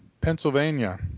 Pennsylvania